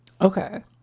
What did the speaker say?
Okay